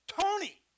Tony